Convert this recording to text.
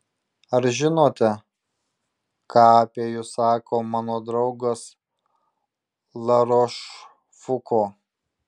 ar žinote ką apie jus sako mano draugas larošfuko